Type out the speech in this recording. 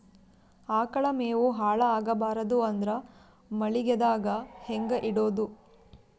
ಆಕಳ ಮೆವೊ ಹಾಳ ಆಗಬಾರದು ಅಂದ್ರ ಮಳಿಗೆದಾಗ ಹೆಂಗ ಇಡೊದೊ?